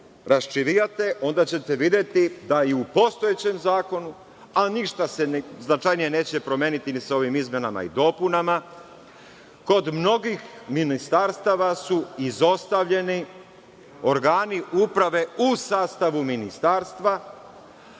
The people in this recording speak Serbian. raščivijate, onda ćete videti da i u postojećem zakonu, a ništa se značajnije neće promeniti ni sa ovim izmenama i dopunama, kod mnogih ministarstava su izostavljeni organi uprave u sastavu ministarstva,